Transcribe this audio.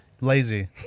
Lazy